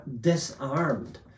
disarmed